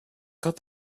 quand